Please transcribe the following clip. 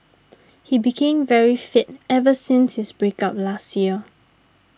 he became very fit ever since his break up last year